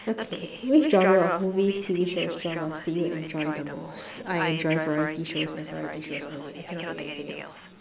okay which genre of movies T_V shows dramas do you enjoy the most I enjoy variety shows and variety shows only I cannot take anything else